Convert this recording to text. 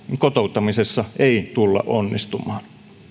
kotouttamisessa ei tulla onnistumaan